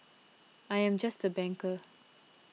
I am just a banker